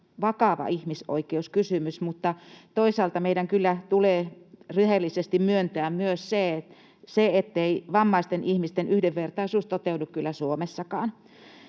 vakava ihmisoikeuskysymys, mutta toisaalta meidän kyllä tulee rehellisesti myöntää myös se, ettei vammaisten ihmisten yhdenvertaisuus toteudu Suomessakaan.